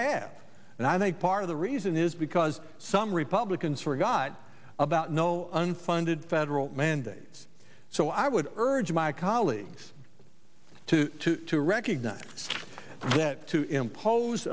have and i think part of the reason is because some republicans forgot about no unfunded federal mandates so i would urge my colleagues to to recognize that to impose